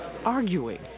arguing